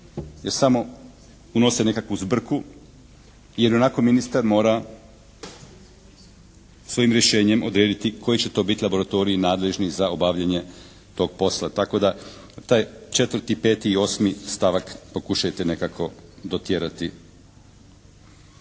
jer samo unose nekakvu zbrku jer ionako ministar mora svojim rješenjem odrediti koji će to biti laboratoriji nadležni za obavljanje tog posla. Tako da taj 4., 5. i 8. stavak pokušajte nekako dotjerati.